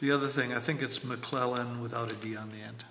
the other thing i think it's mcclellan without it being on the end